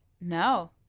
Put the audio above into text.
No